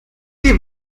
die